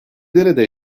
nerede